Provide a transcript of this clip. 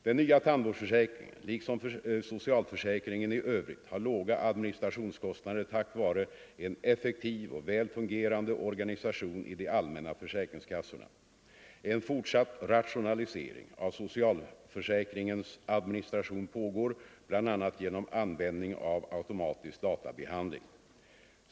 Den nya tandvårdsförsäkringen liksom socialförsäkringen i övrigt har låga administrationskostnader tack vare en effektiv och väl fungerande organisation i de allmänna försäkringskassorna. En fortsatt rationalisering av socialförsäkringens administration pågår bl.a. genom användning av automatisk databehandling.